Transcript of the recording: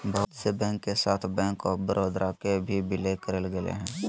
बहुत से बैंक के साथ बैंक आफ बडौदा के भी विलय करेल गेलय हें